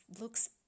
looks